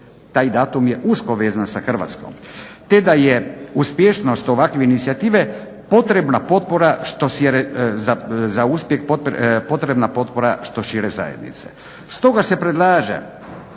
taj datum je usko vezan sa Hrvatskom, te da je uspješnost ovakve inicijative potrebna potpora što šire zajednice. Stoga se predlaže